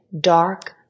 dark